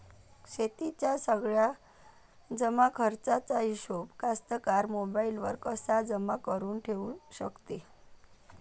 शेतीच्या सगळ्या जमाखर्चाचा हिशोब कास्तकार मोबाईलवर कसा जमा करुन ठेऊ शकते?